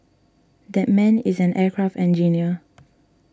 that man is an aircraft engineer